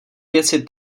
věci